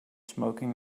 smoking